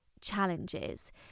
challenges